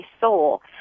soul